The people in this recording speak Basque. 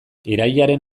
irailaren